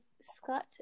Scott